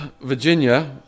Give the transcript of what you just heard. Virginia